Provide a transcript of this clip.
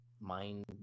mind